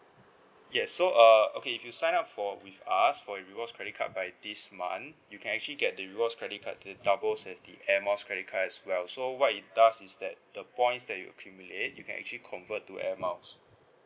yes so err okay if you sign up for with us for rewards card by this month you can actually get the rewards credit card that doubles as the air miles credit card as well so what it does is that the points that you accumulate you can actually convert to air miles